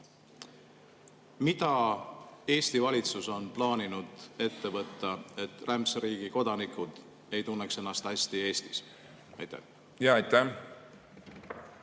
Mida Eesti valitsus on plaaninud ette võtta, et rämpsriigi kodanikud ei tunneks ennast hästi Eestis? Aitäh! Eelmisel